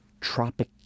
tropic